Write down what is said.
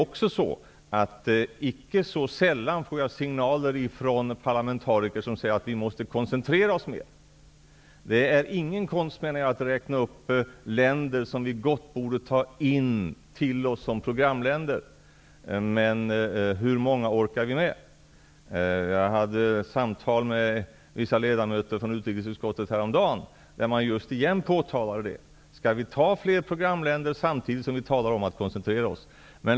Icke så sällan får jag signaler från parlamentariker om att vi måste koncentrera oss mer. Det är ingen konst att räkna upp länder som vi borde anta som programländer, men hur många orkar vi med? Jag hade ett samtal med ledamöter från utrikesutskottet häromdagen, och de påpekade detta igen. Skall vi anta fler programländer, samtidigt som vi talar om att koncentrera oss?